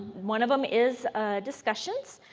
one of them is discussions.